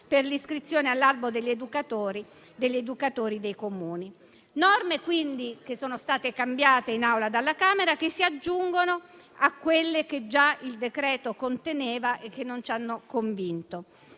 per l'iscrizione all'albo degli educatori degli educatori dei Comuni; norme, quindi, che sono state cambiate in Aula alla Camera, che si aggiungono a quelle che il decreto-legge già conteneva e che non ci hanno convinto: